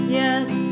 yes